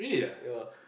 ya